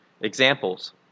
examples